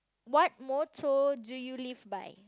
what motto do you live by